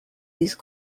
these